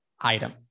item